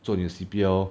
做你 C_P_L